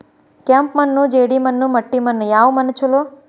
ಕೆಂಪು ಮಣ್ಣು, ಜೇಡಿ ಮಣ್ಣು, ಮಟ್ಟಿ ಮಣ್ಣ ಯಾವ ಮಣ್ಣ ಛಲೋ?